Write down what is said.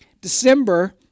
December